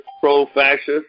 pro-fascist